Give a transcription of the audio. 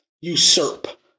usurp